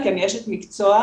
כי אני אשת מקצוע.